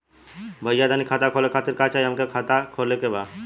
भईया खाता खोले खातिर का चाही हमके खाता खोले के बा?